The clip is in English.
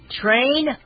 Train